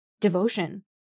devotion